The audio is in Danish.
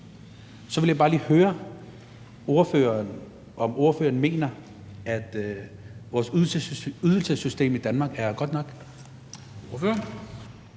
Så vil jeg bare lige høre, om ordføreren mener, at vores ydelsessystem i Danmark er godt nok.